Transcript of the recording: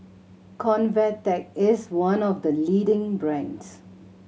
Convatec is one of the leading brands